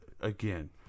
again